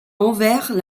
anvers